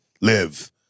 live